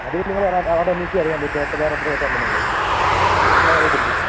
അതൊന്ന് നിങ്ങളവിടെ അവിടെ അന്വേഷിച്ചാൽ അറിയാൻ പറ്റും എത്ര വേറെത്ര ബസ്സുണ്ടെന്നുള്ളത് അല്ലാതറിയത്തില്ലേ